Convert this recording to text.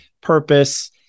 purpose